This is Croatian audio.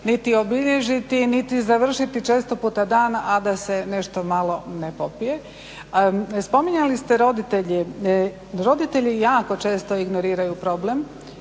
niti obilježiti, niti završiti često puta dan, a da se nešto malo ne popije. Spominjali ste roditelje, roditelji jako često ignoriraju problem.